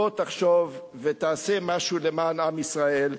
בוא תחשוב ותעשה משהו למען עם ישראל.